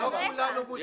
זה לא נכון.